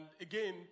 again